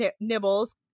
Nibbles